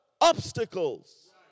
obstacles